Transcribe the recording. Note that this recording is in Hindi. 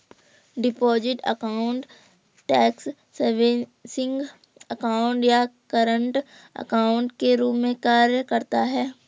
deposit account tax savings account या करंट अकाउंट के रूप में कार्य करता है